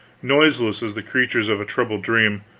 noiseless as the creatures of a troubled dream,